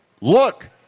look